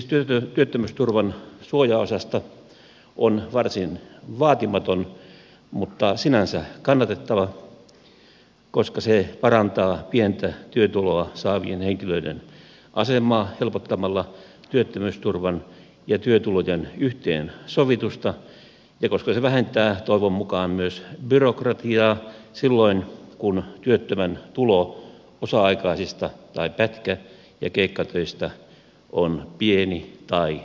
esitys työttömyysturvan suojaosasta on varsin vaatimaton mutta sinänsä kannatettava koska se parantaa pientä työtuloa saavien henkilöiden asemaa helpottamalla työttömyysturvan ja työtulojen yhteensovitusta ja koska se vähentää toivon mukaan myös byrokratiaa silloin kun työttömän tulo osa aikaisista tai pätkä ja keikkatöistä on pieni tai vähäinen